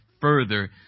further